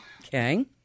Okay